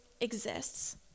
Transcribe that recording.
exists